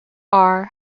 are